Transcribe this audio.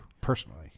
personally